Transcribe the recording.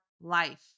life